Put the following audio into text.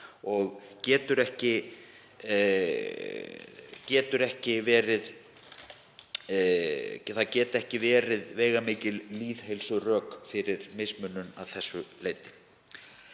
það geta ekki verið veigamikil lýðheilsurök fyrir mismunun að þessu leyti.